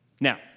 Now